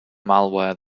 malware